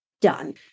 Done